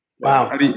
Wow